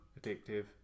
Addictive